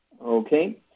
Okay